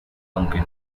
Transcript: aunque